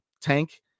tank